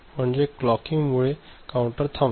म्हणजे क्लॉकिंग मुले काउंटर थांबतो